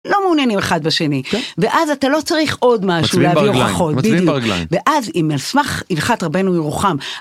לא מעוניינים אחד בשני, ואז אתה לא צריך עוד משהו להביא הוכחות. -מצביעים ברגליים, מצביעים ברגליים. -ואז, אם... על סמך הלכת רבנו ירוחם